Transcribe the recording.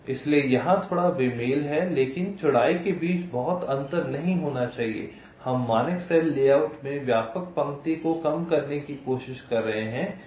इसलिए यहां थोड़ा बेमेल है लेकिन चौड़ाई के बीच बहुत अंतर नहीं होना चाहिए हम मानक सेल लेआउट में व्यापक पंक्ति को कम करने की कोशिश कर रहे हैं